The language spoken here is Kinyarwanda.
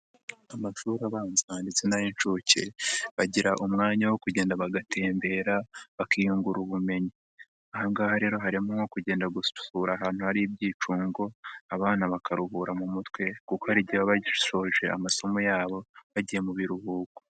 Amashuri abanza ndetse n'ay'inshuke, bagira umwanya wo kugenda bagatembera bakiyungura ubumenyi. Aha ngaha rero harimo nko kugenda gusura ahantu hari ibyicungo, abana bakaruhura mu mutwe kuko hari igihe baba bashoje amasomo yabo bagiye mu biruhuko.